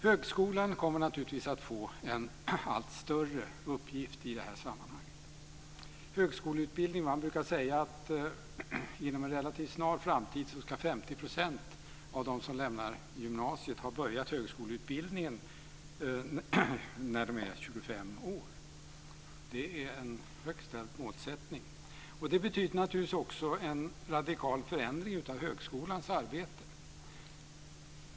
Högskolan kommer att få en allt större uppgift i detta sammanhang. Man brukar säga att 50 % av dem som lämnar gymnasiet ska ha börjat högskoleutbildningen när de är 25 år, inom en relativt snar framtid. Det är en högt ställd målsättning. Det betyder också en radikal förändring av högskolans arbete.